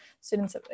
students